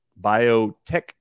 biotech